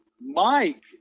Mike